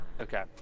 Okay